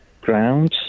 grounds